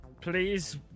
Please